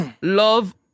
love